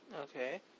Okay